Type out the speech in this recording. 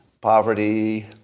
poverty